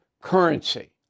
currency